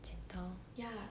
剪刀